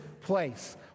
place